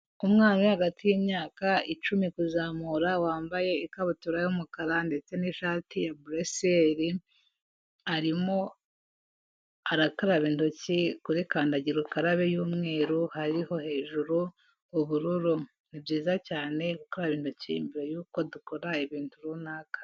Umwana uri hagati y'imyaka icumi kuzamura, wambaye ikabutura y'umukara ndetse n'ishati ya bureseyeri, arimo arakaraba intoki kuri kandagira ukarabe y'umweru hariho hejuru ubururu. Ni byiza cyane gukaraba intoki mbere yuko dukora ibintu runaka.